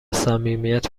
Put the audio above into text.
صمیمیت